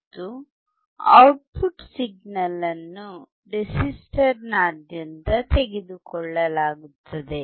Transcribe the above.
ಮತ್ತು output signal ಅನ್ನು ರೆಸಿಸ್ಟರ್ನಾದ್ಯಂತ ತೆಗೆದುಕೊಳ್ಳಲಾಗುತ್ತದೆ